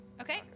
Okay